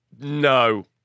No